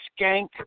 skank